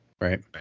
Right